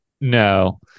no